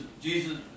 Jesus